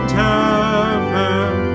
heaven